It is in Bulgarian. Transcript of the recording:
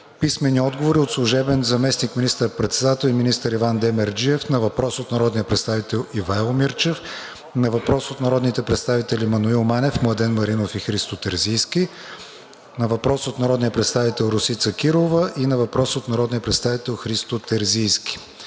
Любен Иванов; – служебния заместник министър-председател и министър Иван Демерджиев на въпрос от народния представител Ивайло Мирчев; на въпрос от народните представители Маноил Манев, Младен Маринов и Христо Терзийски; на въпрос от народния представител Росица Кирова; на въпрос от народния представител Христо Терзийски;